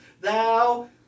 thou